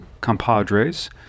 compadres